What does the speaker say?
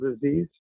disease